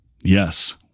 Yes